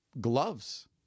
gloves